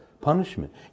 punishment